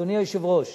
אדוני היושב-ראש?